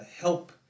help